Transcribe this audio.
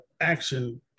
action